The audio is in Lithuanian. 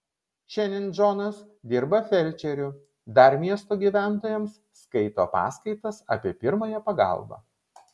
šiandien džonas dirba felčeriu dar miesto gyventojams skaito paskaitas apie pirmąją pagalbą